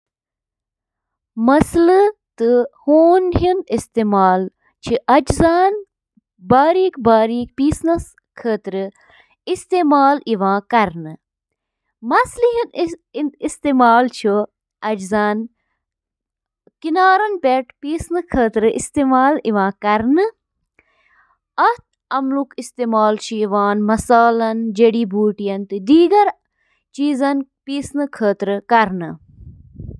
Skin ہٕنٛدیٚن طرفن چھِ لٔٹہِ آسان، یتھ ریڈنگ تہِ ونان چھِ، واریاہو وجوہاتو کِنۍ، یتھ منٛز شٲمِل چھِ: جعل سازی تہٕ کلپنگ رُکاوٕنۍ، بوزنہٕ یِنہٕ والیٚن ہٕنٛز مدد، لباس کم کرُن تہٕ باقی۔